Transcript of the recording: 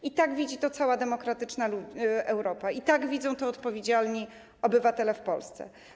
I tak widzi to cała demokratyczna Europa, tak widzą to odpowiedzialni obywatele w Polsce.